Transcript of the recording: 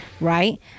right